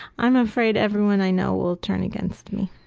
i'm afraid everyone i know will turn against me.